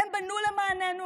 הם בנו למעננו